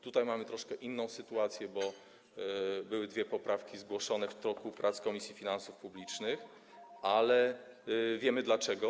Tutaj mamy troszkę inną sytuację, bo były dwie poprawki zgłoszone w toku prac Komisji Finansów Publicznych, ale wiemy dlaczego.